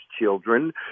children